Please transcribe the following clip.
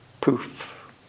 Poof